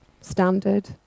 standard